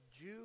Jew